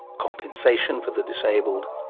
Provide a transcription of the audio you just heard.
compensation for the disabled,